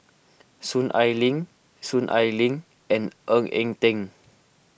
Soon Ai Ling Soon Ai Ling and Ng Eng Teng